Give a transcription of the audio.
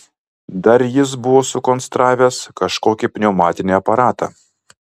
dar jis buvo sukonstravęs kažkokį pneumatinį aparatą